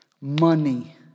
money